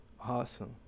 Awesome